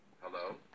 Hello